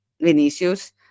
Vinicius